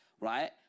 right